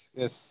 yes